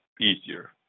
easier